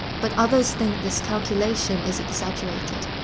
but others think this calculation is exaggerated.